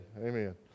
Amen